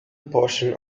portion